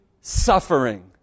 suffering